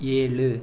ஏழு